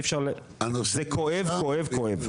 זה כואב, כואב, כואב.